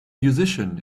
musician